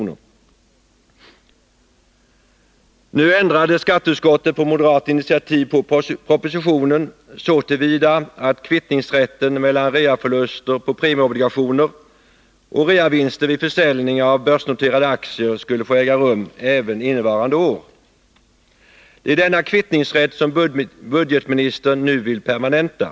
Nr 49 Nu ändrade skatteutskottet på moderat initiativ på propositionen så till Torsdagen den vida, att kvittningsrätten mellan reaförluster på premieobligationer och 10 december 1981 reavinster vid försäljning av börsnoterade aktier skulle få äga rum även = innevarande år. Avdragsregler för Det är denna kvittningsrätt som budgetministern nu vill permanenta.